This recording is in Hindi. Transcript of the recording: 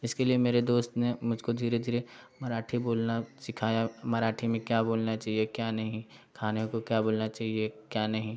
इसके लिए मेरे दोस्त ने मुझको धीरे धीरे मराठी बोलना सीखाया मराठी में क्या बोलना चाहिए क्या नहीं खाने को क्या बोलना चाहिए क्या नहीं